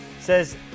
says